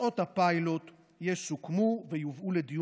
תוצאות הפיילוט יסוכמו ויובאו לדיון